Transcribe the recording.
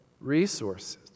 resources